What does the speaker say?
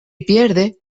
pierde